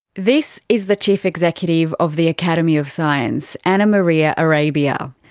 this is the chief executive of the academy of science, anna-maria arabia.